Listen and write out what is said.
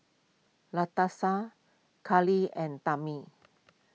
Latasha Karlie and Tammy